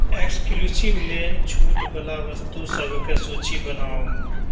exclusive लेन छूट बला वस्तु सबकेँ सूचि बनाउ